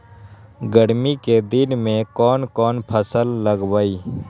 गर्मी के दिन में कौन कौन फसल लगबई?